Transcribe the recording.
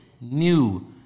new